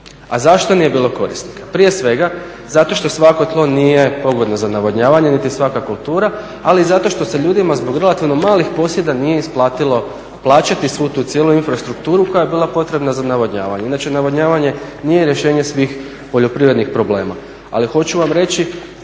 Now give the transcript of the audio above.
A zašto nije bilo korisnika? Prije svega zato što svako tlo nije pogodno za navodnjavanje niti svaka kultura ali i zato što se ljudima zbog relativno malih posjeda nije isplatilo plaćati svu tu cijelu infrastrukturu koja je bila potrebna za navodnjavanje. Inače, navodnjavanje nije rješenje svih poljoprivrednih problema. Ali hoću vam reći